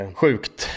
sjukt